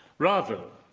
rather,